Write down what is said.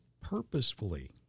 purposefully